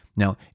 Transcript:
Now